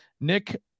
Nick